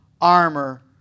armor